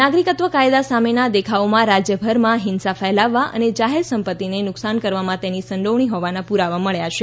નાગરિકત્વ કાયદા સામેના દેખાવોમાં રાજ્યભરમાં હીંસા ફેલાવવા અને જાહેર સંપત્તિને નુકસાન કરવામાં તેની સંડોવણી હોવાના પુરાવા મળ્યા છે